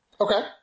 okay